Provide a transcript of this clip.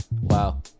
Wow